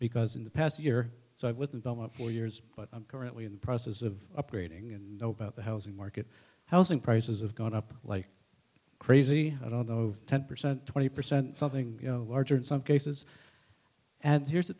because in the past year or so i wouldn't come up for years but i'm currently in the process of upgrading and know about the housing market housing prices have gone up like crazy i don't know over ten percent twenty percent something you know larger in some cases and here's